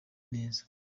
neza